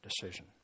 decision